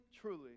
truly